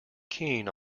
keen